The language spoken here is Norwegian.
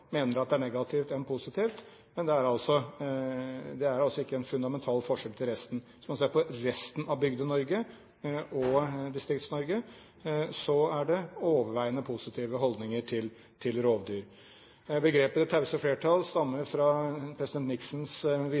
mener at det er mer negativt enn positivt. Men det er ikke en fundamental forskjell til resten. Hvis man ser på resten av Bygde-Norge og Distrikts-Norge, er det der overveiende positive holdninger til rovdyr. Begrepet «det tause flertall» stammer fra president